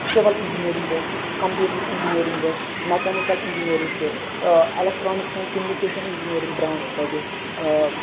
civil engineering ٲس computer engineering ٲس mechanical engineering چھِ electronics and communication engineering branch چھُ تَتہِ